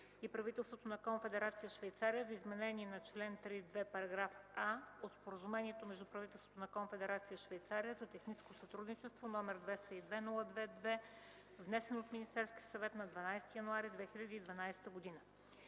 и правителството на Конфедерация Швейцария за изменение на чл. 3.2, параграф „а” от Споразумението между правителството на Конфедерация Швейцария за техническо сътрудничество, № 202-02-2, внесен от Министерския съвет на 12 януари 2012 г.